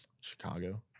Chicago